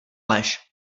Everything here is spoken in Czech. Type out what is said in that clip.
lež